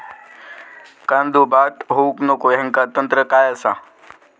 कांदो बाद होऊक नको ह्याका तंत्र काय असा?